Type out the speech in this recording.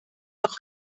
auch